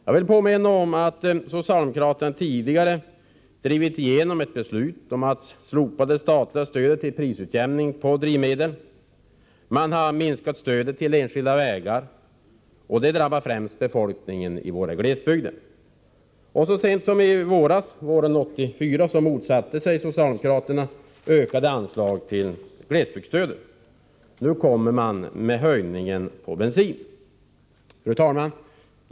Jag vill påminna om att socialdemokraterna tidigare drivit igenom ett beslut om att slopa det statliga stödet till prisutjämning på drivmedel. Man har minskat stödet till enskilda vägar. Detta drabbar främst befolkningen i våra glesbygder. Så sent som i våras motsatte sig socialdemokraterna ökade anslag till glesbygdsstödet. Nu kommer man alltså med en höjning av bensinskatten. Fru talman!